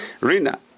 Rina